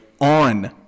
on